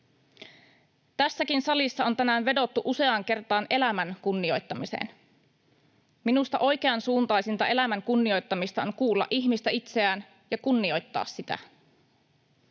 Tässäkin salissa on tänään vedottu useaan kertaan elämän kunnioittamiseen. Minusta oikeansuuntaisinta elämän kunnioittamista on kuulla ihmistä itseään ja kunnioittaa sitä.